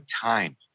time